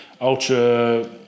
ultra